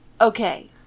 okay